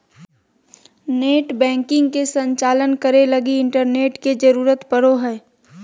net banking के संचालन करे लगी इंटरनेट के जरुरत पड़ो हइ